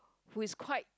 who is quite